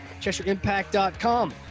CheshireImpact.com